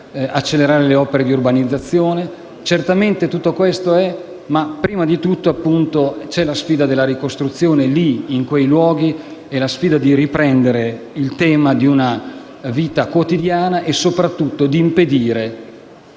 accelerare le opere di urbanizzazione.